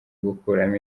gukuramo